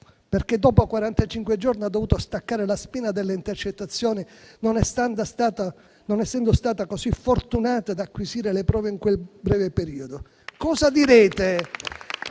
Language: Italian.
perché dopo quarantacinque giorni ha dovuto staccare la spina delle intercettazioni, non essendo stata così fortunata ad acquisire le prove in quel breve periodo.